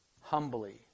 humbly